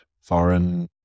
foreign